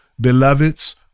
Beloveds